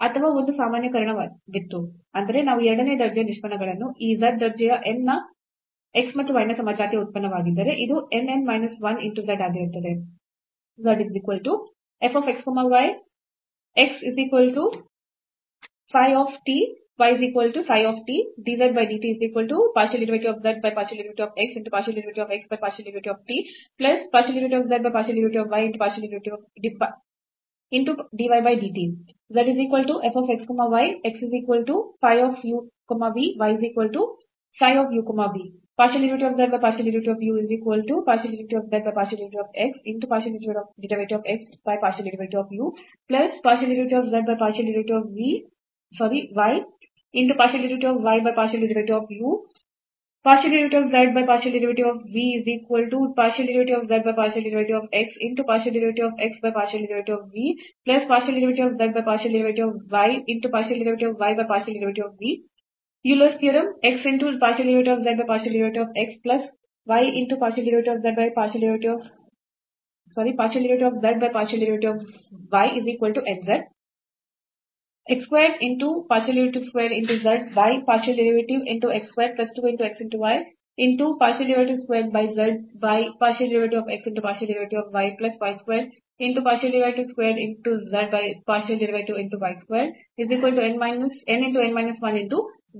ಅಥವಾ ಒಂದು ಸಾಮಾನ್ಯೀಕರಣವಿತ್ತು ಅಂದರೆ ನಾವು ಈ ಎರಡನೇ ದರ್ಜೆಯ ನಿಷ್ಪನ್ನಗಳನ್ನು ಈ z ದರ್ಜೆ n ನ x ಮತ್ತು y ನ ಸಮಜಾತೀಯ ಉತ್ಪನ್ನವಾಗಿದ್ದರೆ ಇದು n n minus 1 into z ಆಗಿರುತ್ತದೆ